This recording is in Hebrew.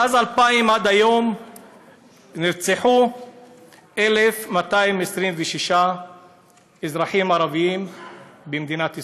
מאז 2000 עד היום נרצחו 1,226 אזרחים ערבים במדינת ישראל,